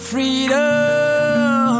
Freedom